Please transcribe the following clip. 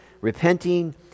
repenting